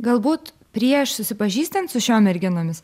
galbūt prieš susipažįstant su šiom merginomis